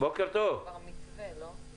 יש להם כבר מתווה, לא?